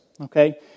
okay